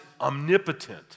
omnipotent